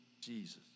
Jesus